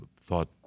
thought